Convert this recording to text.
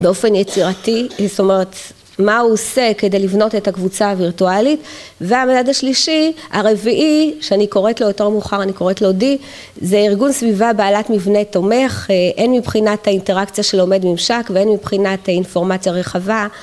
באופן יצירתי, זאת אומרת מה הוא עושה כדי לבנות את הקבוצה הווירטואלית והמימד השלישי הרביעי שאני קוראת לו יותר מאוחר אני קוראת לו די, זה ארגון סביבה בעלת מבנה תומך הן מבחינת האינטראקציה של עומד ממשק והן מבחינת אינפורמציה רחבה